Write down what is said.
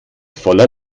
voller